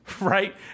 right